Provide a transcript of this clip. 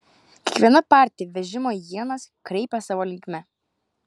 kiekviena partija vežimo ienas kreipė savo linkme